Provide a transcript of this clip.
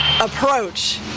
approach